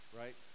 right